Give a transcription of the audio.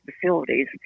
facilities